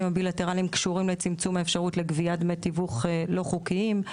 הבילטרליים קשורים לצמצום האפשרות לגביית דמי תיווך לא חוקיים,